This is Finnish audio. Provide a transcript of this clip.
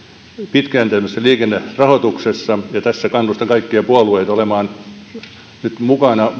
pitkäjänteisessä liikennerahoituksessa ja tässä kannustan kaikkia puolueita olemaan nyt mukana